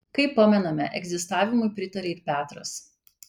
kaip pamename egzistavimui pritarė ir petras